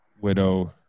widow